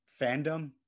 fandom